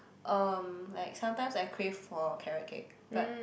um like sometimes I crave for carrot cake but